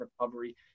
recovery